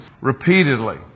repeatedly